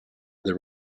their